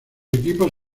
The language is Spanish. equipos